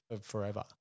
forever